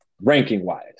ranking-wise